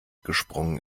gesprungen